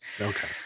Okay